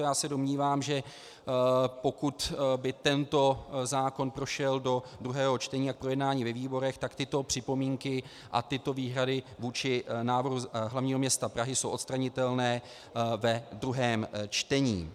Já se domnívám, že pokud by tento zákon prošel do druhého čtení a k projednání ve výborech, tak tyto připomínky a tyto výhrady vůči návrhu hlavního města Prahy jsou odstranitelné ve druhém čtení.